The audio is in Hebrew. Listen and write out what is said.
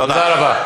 תודה.